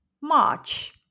March